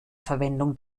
verwendung